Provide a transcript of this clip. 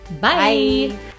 Bye